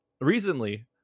recently